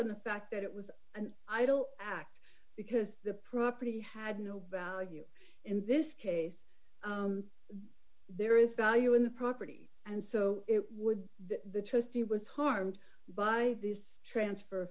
on the fact that it was an idle act because the property had no value in this case there is value in the property and so it would be the trustee was harmed by this transfer